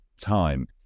time